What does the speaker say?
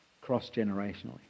cross-generationally